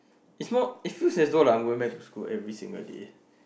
it's not it's feels like don't like no went to school every single day